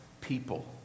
people